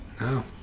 No